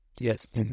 yes